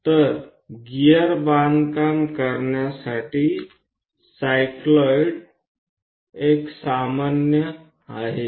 तर गीयर बांधकाम करण्यासाठी सायक्लॉईड्स सामान्य आहेत